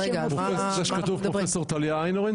זה שכתוב פרופסור טליה איינהורן?